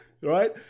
right